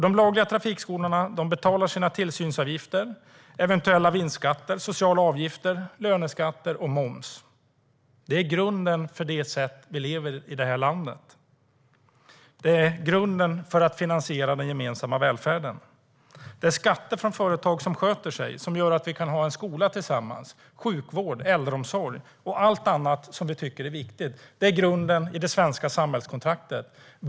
De lagliga trafikskolorna betalar sina tillsynsavgifter, eventuella vinstskatter, sociala avgifter, löneskatter och moms. Det är grunden för det sätt vi lever på i det här landet. Det är grunden för att finansiera den gemensamma välfärden. Det är skatter från företag som sköter sig som gör att vi kan ha en skola tillsammans, att vi kan ha sjukvård, äldreomsorg och allt annat vi tycker är viktigt. Det är grunden i det svenska samhällskontraktet.